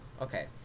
Okay